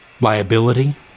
Liability